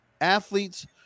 athletes